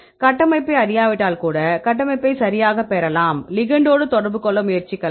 கட்டமைப்பை அறியாவிட்டால் கூட கட்டமைப்பை சரியாகப் பெறலாம் லிகெண்டோடு தொடர்பு கொள்ள முயற்சி செய்யலாம்